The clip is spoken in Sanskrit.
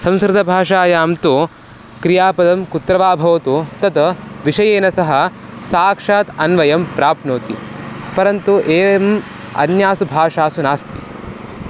संस्कृतभाषायां तु क्रियापदं कुत्र वा भवतु तत् विषयेण सह साक्षात् अन्वयं प्राप्नोति परन्तु एवम् अन्यासु भाषासु नास्ति